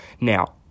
Now